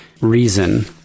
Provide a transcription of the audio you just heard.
reason